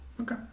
Okay